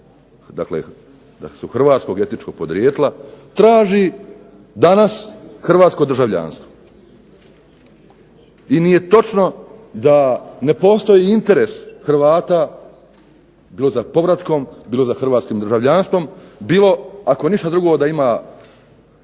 dakle da su hrvatskog etičkog podrijetla, traži danas hrvatsko državljanstvo, i nije točno da ne postoji interes Hrvata bilo za povratkom, bilo za hrvatskim državljanstvom, bilo ako ništa drugo da ima